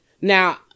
Now